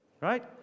Right